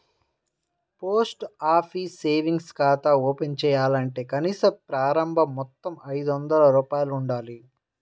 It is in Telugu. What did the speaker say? పోస్ట్ ఆఫీస్ సేవింగ్స్ ఖాతా ఓపెన్ చేయాలంటే కనీస ప్రారంభ మొత్తం ఐదొందల రూపాయలు ఉండాలి